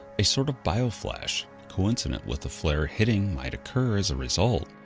a sort of bioflash coincident with the flare hitting might occur as a result.